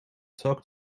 talk